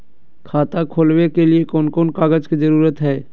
खाता खोलवे के लिए कौन कौन कागज के जरूरत है?